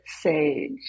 Sage